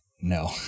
No